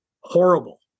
horrible